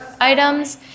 items